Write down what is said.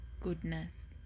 goodness